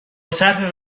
صرف